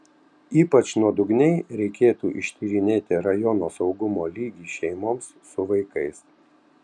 ypač nuodugniai reikėtų ištyrinėti rajono saugumo lygį šeimoms su vaikais